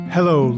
Hello